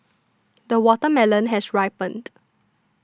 the watermelon has ripened